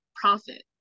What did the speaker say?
profit